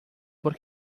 por